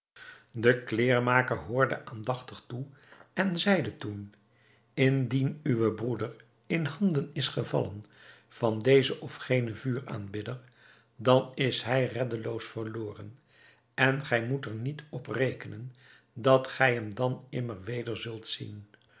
de kleêrmaker hoorde aandachtig toe en zeide toen indien uw broeder in handen is gevallen van dezen of genen vuuraanbidder dan is hij reddeloos verloren en gij moet er niet op rekenen dat gij hem dan immer weder zult zien